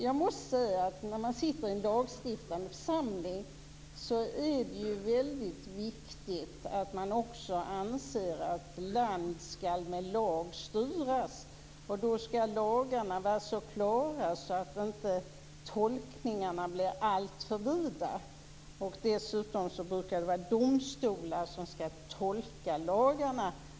Jag måste säga att när man sitter i en lagstiftande församling är det väldigt viktigt att man också anser att land skall med lag styras. Då skall lagarna vara så klara att inte tolkningarna blir för vida. Dessutom brukar det vara domstolarna som skall tolka lagarna.